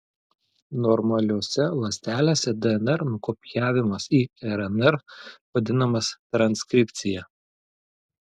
normaliose ląstelėse dnr nukopijavimas į rnr vadinamas transkripcija